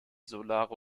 solare